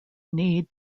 need